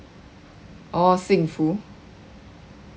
orh 幸福